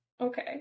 Okay